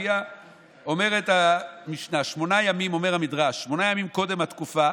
אומר המדרש: שמונה ימים קודם התקופה,